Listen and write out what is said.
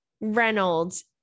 Reynolds